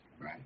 Right